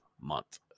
month